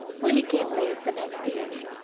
willie came late the next evening.